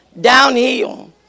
downhill